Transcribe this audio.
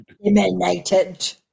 eliminated